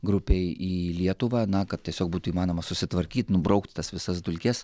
grupei į lietuvą na kad tiesiog būtų įmanoma susitvarkyt nubraukt tas visas dulkes